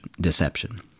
deception